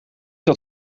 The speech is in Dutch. dat